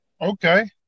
Okay